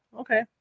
Okay